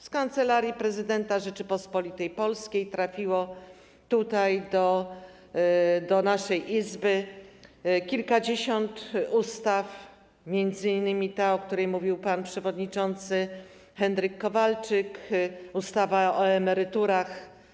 Z Kancelarii Prezydenta Rzeczypospolitej Polskiej trafiło do naszej Izby kilkadziesiąt ustaw, m.in. ta, o której mówił pan przewodniczący Henryk Kowalczyk - ustawa o emeryturach.